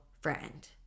friend